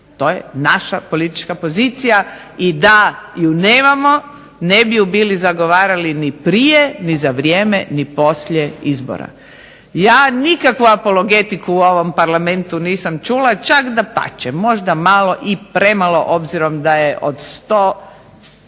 To je naša politička pozicija i da ju nemamo ne bi je bili zagovarali ni prije, ni za vrijeme, ni poslije izbora. Ja nikakvu apologetiku u ovom Parlamentu nisam čula čak dapače možda malo i premalo obzirom da je od 151